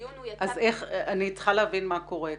אני צריכה להבין מה קורה כאן.